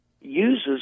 uses